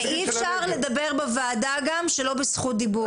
אי אפשר לדבר בוועדה שלא בזכות דיבור.